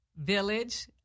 village